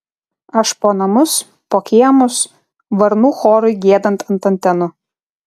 aš po namus po kiemus varnų chorui giedant ant antenų